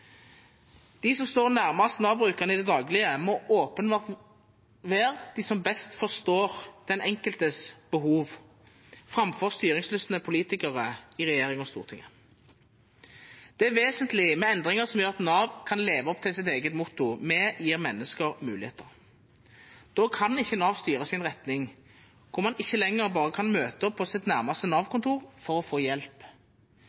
De som står nærmest Nav-brukerne i det daglige, må åpenbart være de som best forstår den enkeltes behov – framfor styringslystne politikere i regjering og storting. Det er vesentlig med endringer som gjør at Nav kan leve opp til sitt eget motto: «Vi gir mennesker muligheter». Da kan ikke Nav styres i en retning hvor man ikke lenger kan møte opp på sitt nærmeste